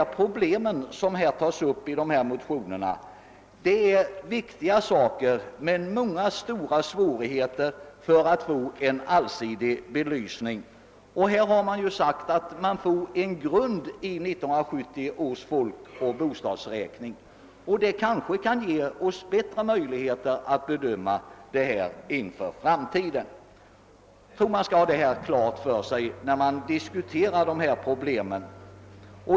De problem som tas upp i motionerna är viktiga, men de exempel jag har anfört visar att det är svårt att ge dem en allsidig belysning. Här har sagts att 1970 års folkoch bostadsräkning ger oss bättre möjligheter att bedöma det framtida läget. Jag tycker man bör ha detta i åtanke när man diskuterar dessa problem.